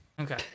Okay